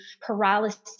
paralysis